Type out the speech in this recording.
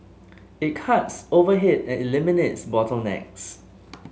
it cuts overhead and eliminates bottlenecks